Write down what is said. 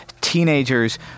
Teenagers